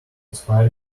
expire